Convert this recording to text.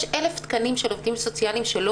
יש 1,000 תקנים של עובדים סוציאליים שלא